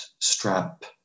strap